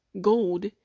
gold